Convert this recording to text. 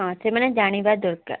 ହଁ ସେମାନେ ଜାଣିବା ଦରକାର